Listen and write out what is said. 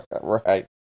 Right